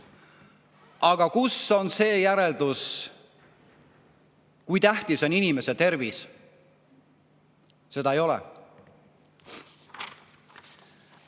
kus on see järeldus, kui tähtis on inimese tervis? Seda ei